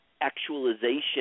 actualization